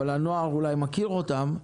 אבל הנוער אולי מכיר אותן.